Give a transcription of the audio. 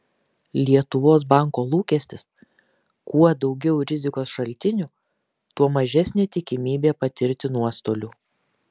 lietuvos banko lūkestis kuo daugiau rizikos šaltinių tuo mažesnė tikimybė patirti nuostolių